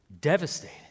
Devastated